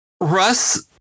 Russ